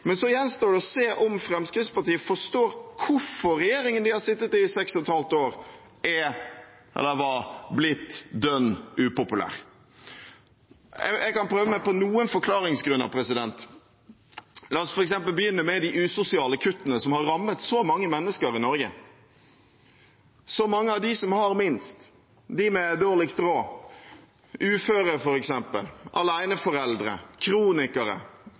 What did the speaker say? Så gjenstår det å se om Fremskrittspartiet forstår hvorfor regjeringen de har sittet i i seks og et halvt år, er, eller var blitt, «dønn upopulær». Jeg kan prøve meg på noen forklaringer. La oss f.eks. begynne med de usosiale kuttene som har rammet så mange mennesker i Norge, så mange av dem som har minst, de med dårligst råd, f.eks. uføre,